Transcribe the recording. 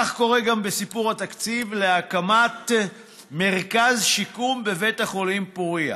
כך קורה גם בסיפור התקציב להקמת מרכז שיקום בבית החולים פוריה.